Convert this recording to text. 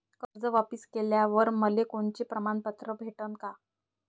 कर्ज वापिस केल्यावर मले कोनचे प्रमाणपत्र भेटन का?